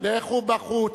לכו בחוץ.